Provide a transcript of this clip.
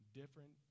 different